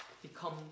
become